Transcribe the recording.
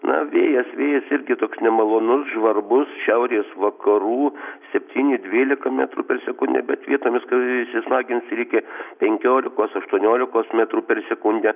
na vėjas vėjas irgi toks nemalonus žvarbus šiaurės vakarų septyni dvylika metrų per sekundę bet vietomis įsismagins ir iki penkiolikos aštuoniolikos metrų per sekundę